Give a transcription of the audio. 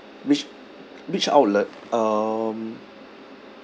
which which outlet um